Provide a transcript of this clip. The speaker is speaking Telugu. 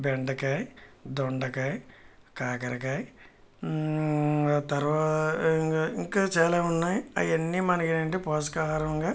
బెండకాయ దొండకాయ కాకరకాయ తర్వాత ఇంకా చాలా ఉన్నాయి అవి అన్నీ మనకి ఏంటంటే పోషకాహారంగా